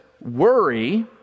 worry